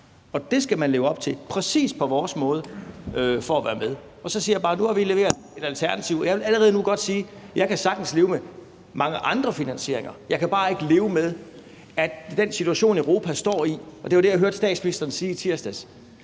og det skal de andre leve op til på præcis vores måde for at være med. Så siger jeg bare, at nu har vi leveret et alternativ, og jeg vil allerede nu godt sige, at jeg sagtens kan leve med mange andre finansieringer. Jeg kan bare ikke leve med, at man i den situation, Europa står i – og det var det, jeg hørte statsministeren sige i tirsdags